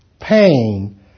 pain